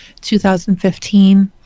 2015